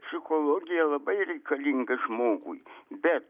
psichologija labai reikalinga žmogui bet